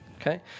Okay